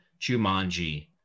Jumanji